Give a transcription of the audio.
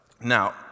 Now